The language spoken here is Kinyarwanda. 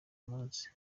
munsi